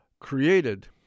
created